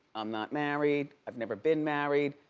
i'm not married. i've never been married.